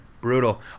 Brutal